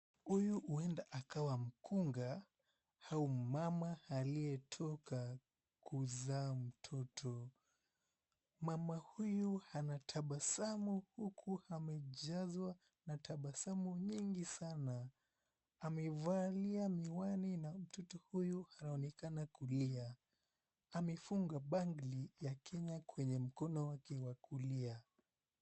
Huyu huenda akawa mkunga au mama aliyetoka kuzaa mtoto. Mama huyu anatabasamu huku amejazwa na tabasamu nyingi sana. Amevalia miwani na mtoto huyu anaonekana kulia. Amefunga bangli ya Kenya kwenye mkono wake wa kulia.